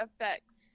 affects